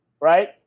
right